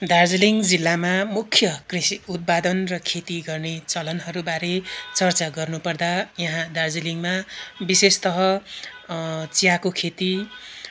दार्जिलिङ जिल्लामा मुख्य कृषि उत्पादन र खेती गर्ने चलनहरूबारे चर्चा गर्नु पर्दा यहाँ दार्जिलिङमा विशेष तः चियाको खेती